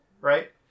right